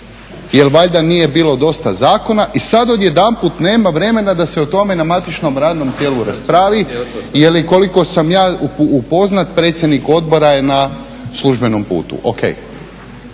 jer valjda nije bilo dosta zakona i sad odjedanput nema vremena da se o tome na matičnom radnom tijelu raspravi jer ukoliko sam ja upoznat predsjednik odbora je na službenom putu.